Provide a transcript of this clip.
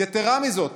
יתרה מזו,